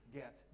get